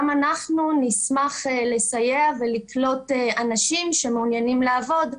גם אנחנו נשמח לסייע ולקלוט אנשים שמעוניינים לעבוד,